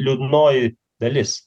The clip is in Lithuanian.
liūdnoji dalis